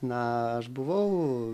na aš buvau